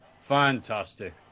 Fantastic